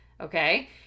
okay